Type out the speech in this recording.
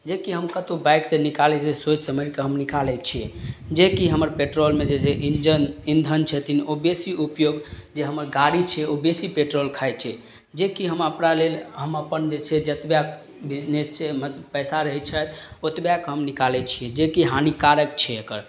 जेकि हम कतौ बाइक से निकालै छियै सोचि समैझ कऽ हम निकालै छियै जेकि हमर पेट्रोलमे जे जे इंजन इंधन छथिन ओ बेसी उपयोग जे हमर गाड़ी छियै ओ बेसी पेट्रोल खाइ छै जेकि हम अकरा लेल हम अपन जे छै जतबए बिजनेस छै ओहिमेहक पैसा रहै छथि ओतबए कए हम निकालै छियै जेकि हानिकारक छियै एकर